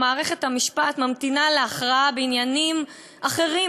מערכת המשפט ממתינה להכרעה בעניינים אחרים,